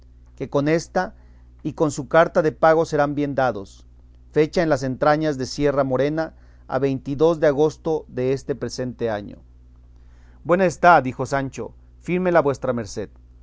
que consta y con su carta de pago serán bien dados fecha en las entrañas de sierra morena a veinte y dos de agosto deste presente año buena está dijo sancho fírmela vuestra merced